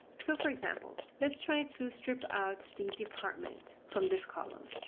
so for example, let's try to strip out the department from this column.